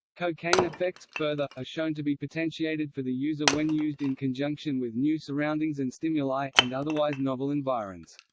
cocaine effects, further, are shown to be potentiated for the user when used in conjunction with new surroundings and stimuli, and otherwise novel environs.